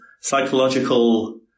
psychological